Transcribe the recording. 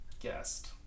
guest